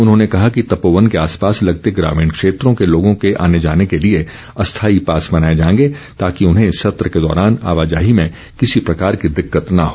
उन्होंने कहा कि तपोवन के आसपास लगते ग्रामीण क्षेत्रों के लोगों के आने जाने के लिए अस्थायी पास बनाए जाएंगे ताकि उन्हें सत्र के दौरान आवाजाही में किसी प्रकार की दिक्कत न हो